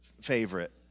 favorite